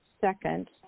second